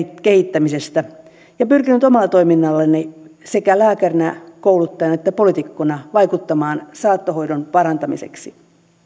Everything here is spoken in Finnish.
kehittämisestä ja pyrkinyt omalla toiminnallani sekä lääkärinä kouluttajana että poliitikkona vaikuttamaan saattohoidon parantamiseksi